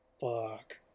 fuck